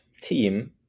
team